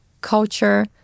culture